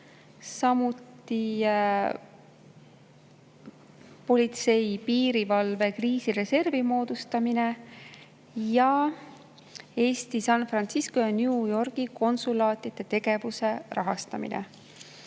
samuti politsei ja piirivalve kriisireservi moodustamine ja Eesti San Francisco ja New Yorgi konsulaatide tegevuse rahastamine.